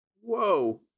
Whoa